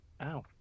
Ow